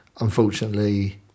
unfortunately